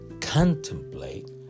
contemplate